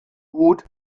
gut